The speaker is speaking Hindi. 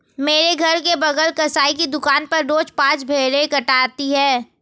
मेरे घर के बगल कसाई की दुकान पर रोज पांच भेड़ें कटाती है